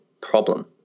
problem